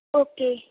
okay